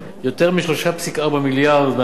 יותר מ-3.4% מהתוצר,